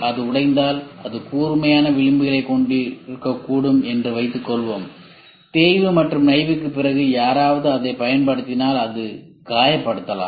அது உடைந்தால் அது கூர்மையான விளிம்புகளைக் கொண்டிருக்கக்கூடும் என்று வைத்துக்கொள்வோம் தேய்வு மற்றும் நைவுக்குப் பிறகு யாராவது அதைப் பயன்படுத்தினால் அது காயப்படுத்தலாம்